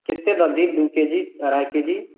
कतेक दऽ दी दू केजी अढ़ाइ केजी